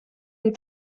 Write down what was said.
amb